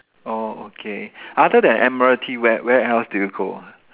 oh okay other than Admiralty where where else do you go